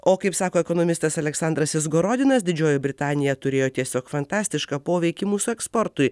o kaip sako ekonomistas aleksandras izgorodinas didžioji britanija turėjo tiesiog fantastišką poveikį mūsų eksportui